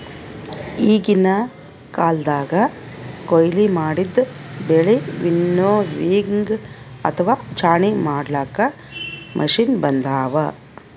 ಈಗಿನ್ ಕಾಲ್ದಗ್ ಕೊಯ್ಲಿ ಮಾಡಿದ್ದ್ ಬೆಳಿ ವಿನ್ನೋವಿಂಗ್ ಅಥವಾ ಛಾಣಿ ಮಾಡ್ಲಾಕ್ಕ್ ಮಷಿನ್ ಬಂದವ್